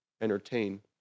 entertain